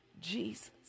Jesus